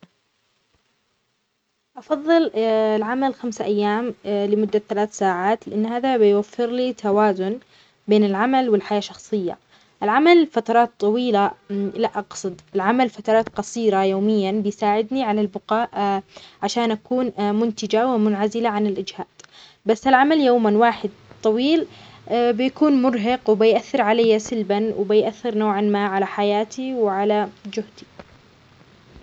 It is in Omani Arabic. أفظل العمل خمسة أيام لمدة ثلاث ساعات لأن هذا يبوفر لي توازن بين العمل والحياة الشخصية، العمل فترات طويلة لا أقصد العمل فترات قصيرة يوميا بيساعدني على البقاء عشان أكون منتجة ومنعزلة عن الإجهاد بس العمل يوما واحد طويل بيكون مرهق وبيأثر علي سلبا وبيأثر نوعا على حياتي وعلى جهدي.